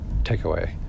takeaway